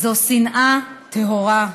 זו שנאה טהורה.